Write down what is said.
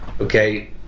Okay